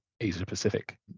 Asia-Pacific